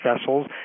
vessels